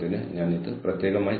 അതിനാൽ ഇതൊരു തന്ത്രപരമായ സംരംഭമാണ്